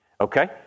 Okay